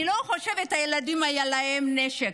אני לא חושבת שלילדים היה נשק.